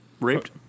raped